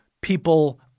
people